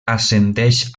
ascendeix